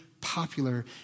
popular